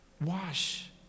Wash